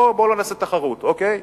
בוא לא נעשה תחרות, אוקיי?